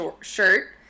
shirt